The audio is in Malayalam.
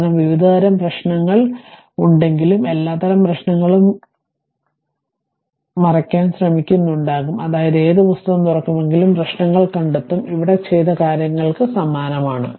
കാരണം വിവിധതരം പ്രശ്നങ്ങൾ ഉണ്ടെങ്കിലും എല്ലാത്തരം പ്രശ്നങ്ങളും മറയ്ക്കാൻ ശ്രമിക്കുന്നുണ്ടാകാം അതായത് ഏത് പുസ്തകം തുറക്കുമെങ്കിലും പ്രശ്നങ്ങൾ കണ്ടെത്തും ഇവിടെ ചെയ്ത കാര്യങ്ങൾക്ക് സമാനമാണ്